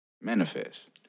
manifest